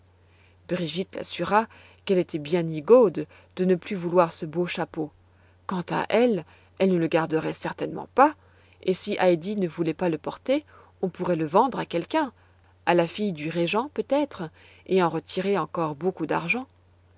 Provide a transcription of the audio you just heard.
brigitte l'assura qu'elle était bien nigaude de ne plus vouloir ce beau chapeau quant à elle elle ne le garderait certainement pas et si heidi ne voulait pas le porter on pourrait le vendre à quelqu'un à la fille du régent peut-être et en retirer encore beaucoup d'argent